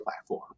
platform